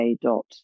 dot